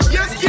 Yes